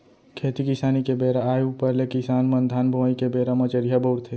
खेती किसानी के बेरा आय ऊपर ले किसान मन धान बोवई के बेरा म चरिहा बउरथे